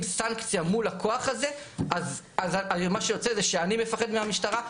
סנקציה מול הכוח הזה אז מה שיוצא זה שאני מפחד מהמשטרה,